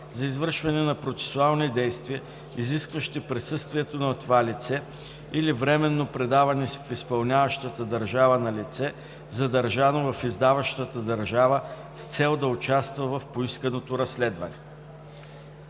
за извършване на процесуални действия, изискващи присъствието на това лице, или временно предаване в изпълняващата държава на лице, задържано в издаващата държава с цел да участва в поисканото разследване.“